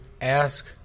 ask